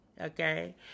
Okay